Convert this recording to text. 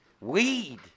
Weed